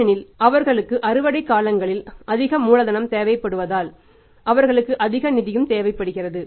ஏனெனில் அவர்களுக்கு அறுவடை காலங்களில் அதிக மூலதனம் தேவைப்படுவதால் அவர்களுக்கு அதிக நிதியும் தேவைப்படுகிறது